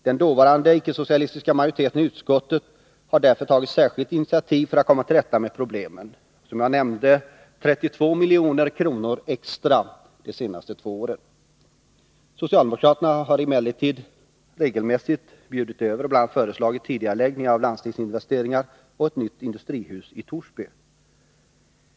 Den dåvarande icke-socialistiska majoriteten i utskottet har därför tagit särskilda initiativ för att komma till rätta med problemen. Som jag nämnde har vi föreslagit 32 milj.kr. extra de senaste två åren. Socialdemokraterna har emellertid regelmässigt bjudit över och bl.a. föreslagit tidigareläggningar av landstingsinvesteringar och byggande av ett nytt industrihus i Torsby.